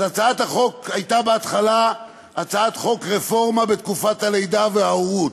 אז הצעת החוק הייתה בהתחלה הצעת חוק רפורמה בתקופת הלידה וההורות.